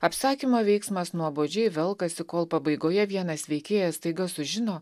apsakymo veiksmas nuobodžiai velkasi kol pabaigoje vienas veikėjas staiga sužino